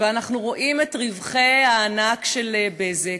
ואנחנו רואים את רווחי הענק של "בזק",